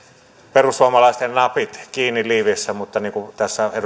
perussuomalaisten napit kiinni liiveissä mutta niin kuin tässä edustaja